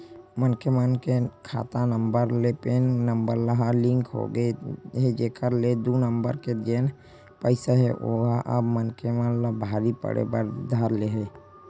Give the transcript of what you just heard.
मनखे मन के खाता नंबर ले पेन नंबर ह लिंक होगे हे जेखर ले दू नंबर के जेन पइसा हे ओहा अब मनखे मन ला भारी पड़े बर धर ले हे